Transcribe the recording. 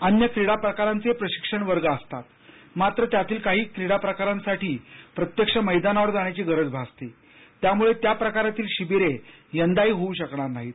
अन्य क्रीडा प्रकारांचेही प्रशिक्षण वर्ग असतात मात्र त्यातील काही क्रीडा प्रकारांसाठी प्रत्यक्ष मैदानावर जाण्याची गरज भासते त्यामुळं त्या प्रकारातील शिबिरे यंदाही होऊ शकणार नाहीत